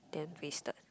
then wasted